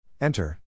Enter